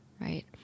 right